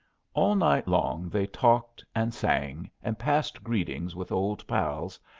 all night long they talked and sang, and passed greetings with old pals,